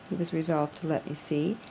he was resolved to let me see,